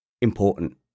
important